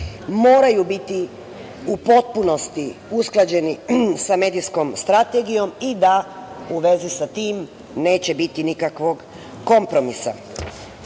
moraju biti u potpunosti usklađeni sa medijskom strategijom i da u vezi sa tim neće biti nikakvog kompromisa. Mi